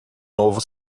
novo